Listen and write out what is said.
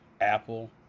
Apple